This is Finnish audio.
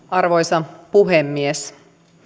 arvoisa puhemies